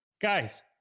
guys